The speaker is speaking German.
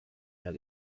mehr